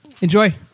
Enjoy